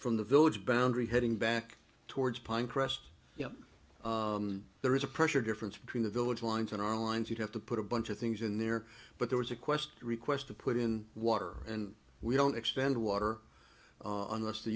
from the village boundary heading back towards pine crest yeah there is a pressure difference between the village lines and our lines you have to put a bunch of things in there but there was a quest request to put in water and we don't expend water unless the